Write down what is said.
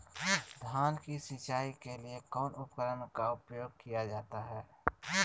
धान की सिंचाई के लिए कौन उपकरण का उपयोग किया जाता है?